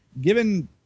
given